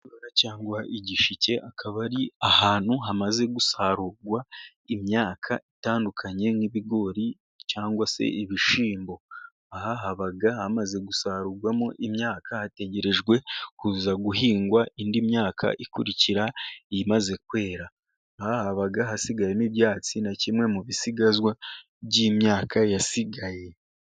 Cyangwa igishike akaba ari ahantu hamaze gusarurwa imyaka itandukanye nk'ibigori cyangwa se ibishimbo. Aha habaga hamaze gusarurwamo imyaka hategerejwe kuza guhingwa indi myaka ikurikira imaze kwera, aha habaga hasigayemo ibyatsi na kimwe mu bisigazwa by'imyaka yasigaye.